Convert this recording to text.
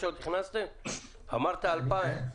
אמרת 2000?